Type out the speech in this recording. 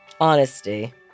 Honesty